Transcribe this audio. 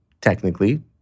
technically